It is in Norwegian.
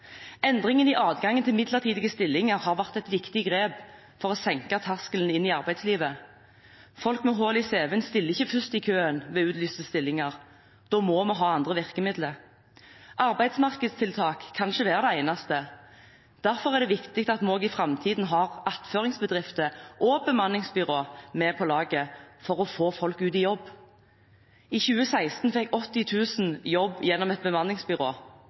Endringen i adgangen til midlertidige stillinger har vært et viktig grep for å senke terskelen inn i arbeidslivet. Folk med hull i cv-en stiller ikke først i køen ved utlyste stillinger, da må vi ha andre virkemidler. Arbeidsmarkedstiltak kan ikke være det eneste. Derfor er det viktig at vi også i framtiden har attføringsbedrifter og bemanningsbyrå med på laget for å få folk ut i jobb. I 2016 fikk 80 000 jobb gjennom et bemanningsbyrå.